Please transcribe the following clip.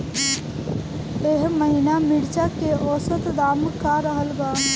एह महीना मिर्चा के औसत दाम का रहल बा?